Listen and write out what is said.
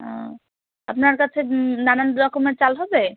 ও আপনার কাছে নানান রকমের চাল হবে